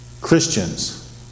Christians